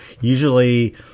usually